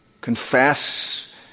Confess